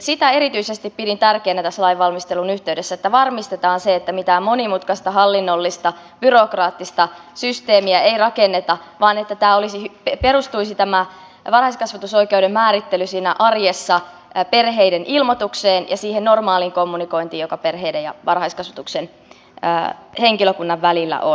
sitä erityisesti pidin tärkeänä tässä lain valmistelun yhteydessä että varmistetaan että mitään monimutkaista hallinnollista byrokraattista systeemiä ei rakenneta vaan että tämä varhaiskasvatusoikeuden määrittely perustuisi siinä arjessa perheiden ilmoitukseen ja siihen normaaliin kommunikointiin joka perheiden ja varhaiskasvatuksen henkilökunnan välillä on